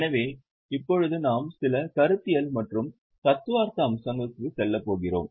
எனவே இப்போது நாம் சில கருத்தியல் மற்றும் தத்துவார்த்த அம்சங்களுக்கு செல்லப் போகிறோம்